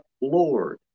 Lord